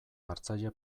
hartzaile